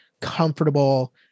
comfortable